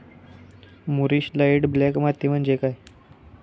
मूरिश light black माती म्हणजे काय?